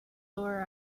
door